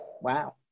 Wow